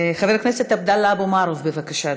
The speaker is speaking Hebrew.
חבר הכנסת עבדאללה אבו מערוף, בבקשה,